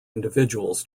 individuals